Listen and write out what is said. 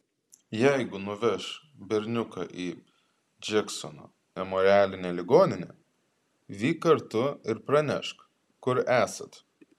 jeigu nuveš berniuką į džeksono memorialinę ligoninę vyk kartu ir pranešk kur esat